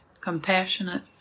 compassionate